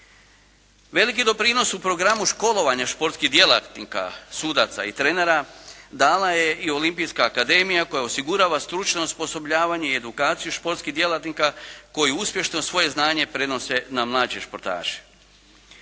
Veliki doprinos u programu školovanja športskih djelatnika, sudaca i trenera dala je i Olimpijska akademija koja osigurava stručno osposobljavanje i edukaciju športskih djelatnika koji uspješno svoje znanje prenose na mlađe športaše.